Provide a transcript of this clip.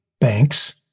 banks